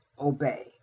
obey